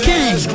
King